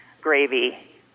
gravy